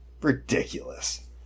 Ridiculous